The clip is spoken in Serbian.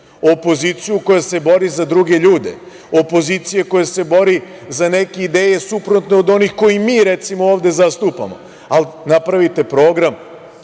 opoziciju koja se bori za druge ljude, opoziciju koja se bori za neke ideje suprotne od onih koje mi, recimo, ovde zastupamo. Ali, napravite program,